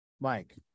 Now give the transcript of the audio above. Mike